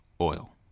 oil